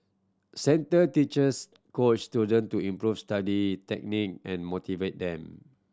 centre teachers coach student to improve study technique and motivate them